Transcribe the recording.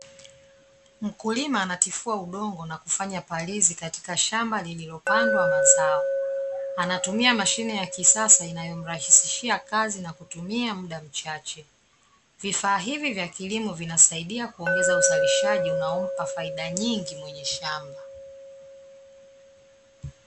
Mkulima anatifua udongo na kufanya parizi katika shamba lililopandwa mazao. Anatumia mashine ya kisasa inayomrahisishia kazi na kutumia muda mchache. Vifaa hivi vya kilimo vinasaidia kuongeza uzalishaji unaompa faida nyingi mwenye shamba.